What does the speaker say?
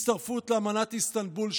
הצטרפות לאמנת איסטנבול,